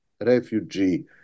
refugee